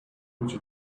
which